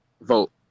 vote